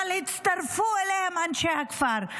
אבל הצטרפו אליהם אנשי הכפר.